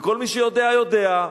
וכל מי שיודע יודע.